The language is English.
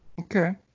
Okay